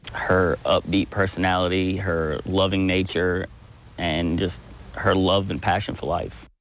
her upbeat personality, her loving nature and just her love and passion for life.